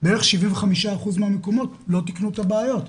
בערך ב-75% לא תיקנו את הבעיות,